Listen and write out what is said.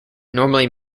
normally